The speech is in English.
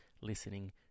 listening